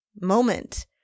moment